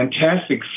fantastic